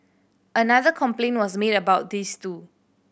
another complaint was made about this too